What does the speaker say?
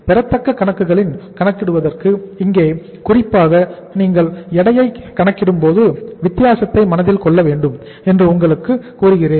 பெறத்தக்க கணக்குகளை கணக்கிடுவதற்கு இங்கே குறிப்பாக நீங்கள் எடையை கணக்கிடும்போது வித்தியாசத்தை மனதில் கொள்ளவேண்டும் என்று உங்களுக்குக் கூறுகிறேன்